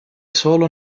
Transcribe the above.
solo